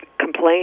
complain